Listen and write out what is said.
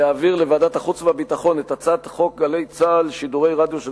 להעביר לוועדת החוץ והביטחון את הצעת חוק "גלי צה"ל" שידורי רדיו של